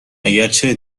اگرچه